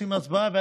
עושים הצבעה,